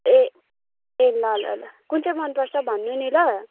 ए ए ल ल ल कुन चाहिँ मन पर्छ भन्नु नि ल